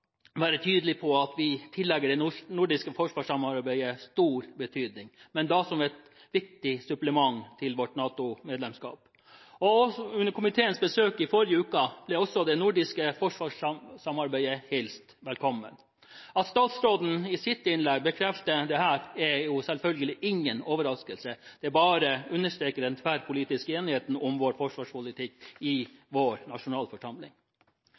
være tydelig på at vi tillegger det nordiske forsvarssamarbeidet stor betydning, men da som et viktig supplement til vårt NATO-medlemskap. Under komiteens besøk i USA i forrige uke ble også det nordiske forsvarssamarbeidet hilst velkommen. At statsråden i sitt innlegg bekrefter dette, er selvfølgelig ingen overraskelse. Det bare understreker den tverrpolitiske enigheten om vår forsvarspolitikk i vår